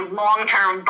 long-term